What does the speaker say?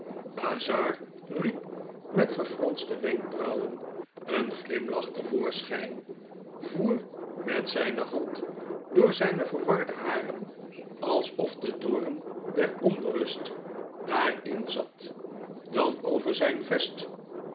bazzard riep met gefronste wenkbrauwen een glimlach te voorschyn voer met zyne hand door zyne verwarde haren alsof de doom der onrust dar in zat dan over zyn vest